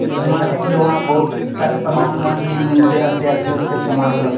तो घुमा देंगे वहाँ बहुत सारे सामान ओमान भी मिलते रहते अच्छे अच्छे सामान सब